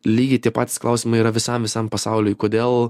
lygiai tie patys klausimai yra visam visam pasauliui kodėl